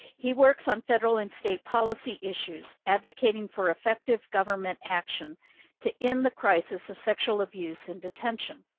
he works on federal and state policy issues, advocating for effective government action to end the crisis of sexual abuse in detention.